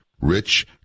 Rich